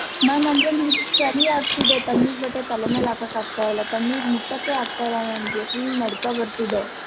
ma'am ಅಂದರೆ ನನಗೆ ಚಳಿಯಾಗ್ತಿದೆ ತಣ್ಣೀರು ಬಟ್ಟೆ ತಲೆ ಮೇಲೆ ಹಾಕಕ್ಕಾಗ್ತಾಯಿಲ್ಲ ತಣ್ಣೀರು ಮುಟ್ಟಕ್ಕೆ ಆಗ್ತಾಯಿಲ್ಲ ನನಗೆ ಫುಲ್ ನಡುಕ ಬರ್ತಿದೆ